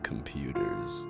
Computers